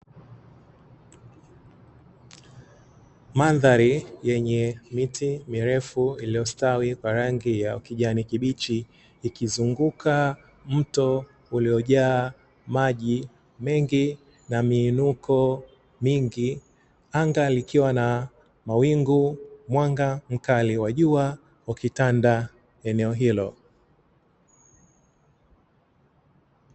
Mandhari yenye miti mirefu iliyostawi kwa rangi ya kijani kibichi ikizunguka mto uliojaa maji mengi na miinuko mingi, anga likiwa na mawingu, mwanga mkali wa jua ukitanda eneo hilo.